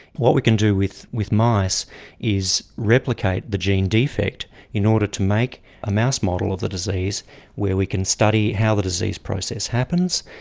what we can do with with mice is replicate the gene defect in order to make a mouse model of the disease where we can study how the disease process happens,